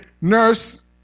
nurse